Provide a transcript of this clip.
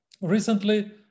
Recently